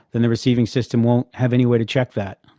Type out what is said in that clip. then the receiving system won't have any way to check that,